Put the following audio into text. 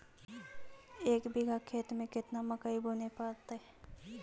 एक बिघा खेत में केतना मकई बुने पड़तै?